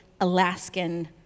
Alaskan